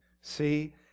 See